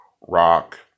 rock